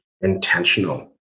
Intentional